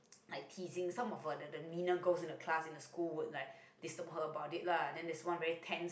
like teasing some of the the meaner girls in the class in the school would like disturb her about it lah then there's one very tense